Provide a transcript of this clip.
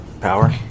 power